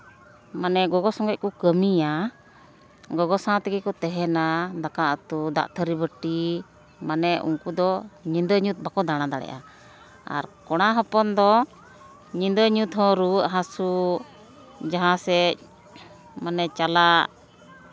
ᱢᱟᱱᱮ ᱜᱚᱜᱚ ᱥᱚᱸᱜᱮᱜ ᱠᱚ ᱠᱟᱹᱢᱤᱭᱟ ᱜᱚᱜᱚ ᱥᱟᱶ ᱛᱮᱜᱮ ᱠᱚ ᱛᱟᱦᱮᱱᱟ ᱫᱟᱠᱟ ᱩᱛᱩ ᱫᱟᱜ ᱛᱷᱟᱹᱨᱤᱼᱵᱟᱹᱴᱤ ᱢᱟᱱᱮ ᱩᱱᱠᱩ ᱫᱚ ᱧᱤᱫᱟᱹᱼᱧᱩᱛ ᱵᱟᱠᱚ ᱫᱟᱬᱟ ᱫᱟᱲᱮᱭᱟᱜᱼᱟ ᱟᱨ ᱠᱚᱲᱟ ᱦᱚᱯᱚᱱ ᱫᱚ ᱧᱤᱫᱟᱹ ᱧᱩᱛ ᱦᱚᱸ ᱨᱩᱣᱟᱹᱜ ᱦᱟᱹᱥᱩ ᱡᱟᱦᱟᱸ ᱥᱮᱫ ᱢᱟᱱᱮ ᱪᱟᱞᱟᱜ